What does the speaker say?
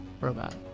robot